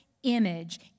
image